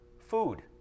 food